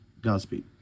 godspeed